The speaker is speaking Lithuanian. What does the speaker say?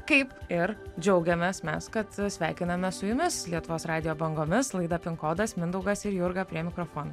kaip ir džiaugiamės mes kad sveikinamės su jumis lietuvos radijo bangomis laida pin kodas mindaugas ir jurga prie mikrofono